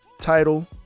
title